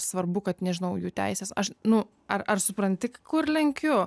svarbu kad nežinau jų teisės aš nu ar supranti kur lenkiu